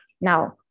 Now